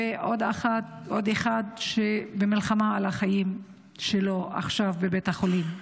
ועוד אחד נמצא עכשיו במלחמה על החיים שלו בבית החולים.